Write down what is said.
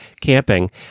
camping